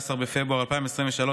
15 בפברואר 2023,